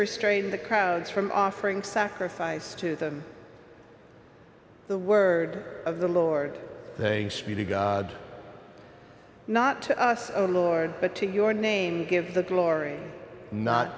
restrain the crowds from offering sacrifice to them the word of the lord god not to us our lord but to your name give the glory not